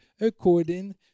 according